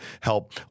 help